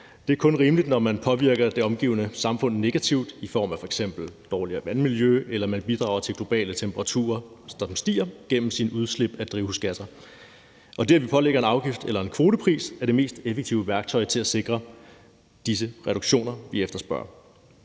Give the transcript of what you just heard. Det er kun rimeligt, når man påvirker det omgivende samfund negativt i form af f.eks. et dårligere vandmiljø eller man bidrager til globale temperaturer, som stiger, gennem sine udslip af drivhusgasser, og det, at vi pålægger en afgift eller en kvotepris, er det mest effektive værktøj til at sikre de reduktioner, vi efterspørger.